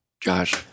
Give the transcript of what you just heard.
Josh